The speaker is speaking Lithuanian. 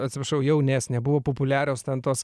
atsiprašau jaunesnė buvo populiarios ten tos